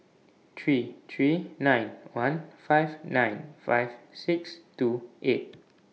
three three nine one five nine five six two eight